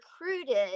recruited